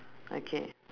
okay